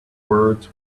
words